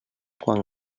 quan